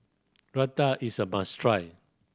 raita is a must try